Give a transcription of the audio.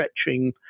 stretching